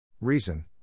Reason